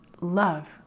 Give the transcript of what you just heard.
love